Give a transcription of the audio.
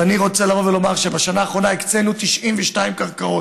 אז אני רוצה לבוא ולומר שבשנה האחרונה הקצינו 92 קרקעות